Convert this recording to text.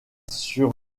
sur